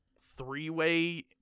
three-way